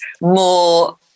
more